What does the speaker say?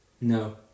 no